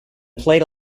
played